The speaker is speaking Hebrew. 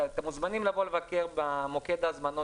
אתם מוזמנים לבוא ולבקר במוקד ההזמנות